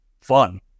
fun